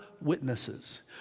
witnesses